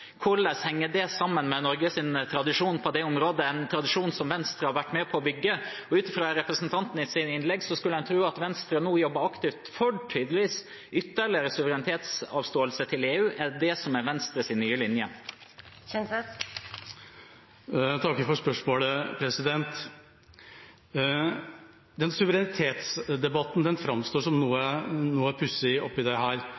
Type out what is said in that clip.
Hvordan henger det sammen med Norges tradisjon på det området, en tradisjon som Venstre har vært med på å bygge? Ut fra representantens innlegg skulle en tro at Venstre nå jobbet aktivt for ytterligere suverenitetsavståelse til EU. Er dette Venstres nye linje? Jeg takker for spørsmålet. Suverenitetsdebatten framstår som noe pussig, for dette handler egentlig om å etablere et organ som vi i dag har i NVE. Det